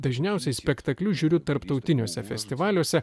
dažniausiai spektaklius žiūriu tarptautiniuose festivaliuose